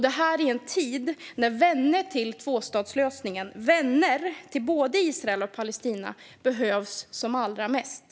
Detta i en tid när vänner av tvåstatslösningen, vänner till både Israel och Palestina, behövs som allra mest.